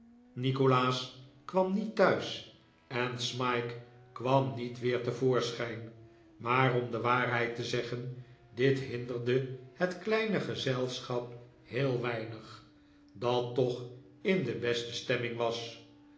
nikolaas kwam niet thuis en smike kwam niet weer te voorschijn maar om de waarheid te zeggen dit hinderde het kleine gezelschap heel weinig dat toch in de beste stemming was